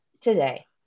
today